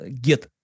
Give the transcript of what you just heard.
get